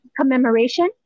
commemoration